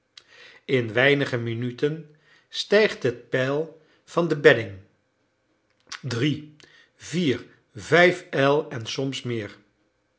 in weinige minuten stijgt het peil van de bedding drie vier vijf el en soms meer